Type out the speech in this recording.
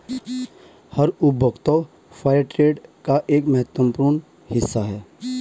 हर उपभोक्ता फेयरट्रेड का एक महत्वपूर्ण हिस्सा हैं